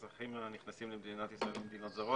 אזרחים הנכנסים למדינת ישראל ממדינות זרות